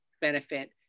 benefit